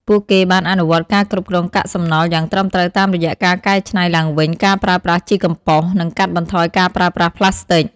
ពួកគេបានអនុវត្តការគ្រប់គ្រងកាកសំណល់យ៉ាងត្រឹមត្រូវតាមរយៈការកែច្នៃឡើងវិញ ការប្រើប្រាស់ជីកំប៉ុស និងកាត់បន្ថយការប្រើប្រាស់ប្លាស្ទិក។